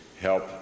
help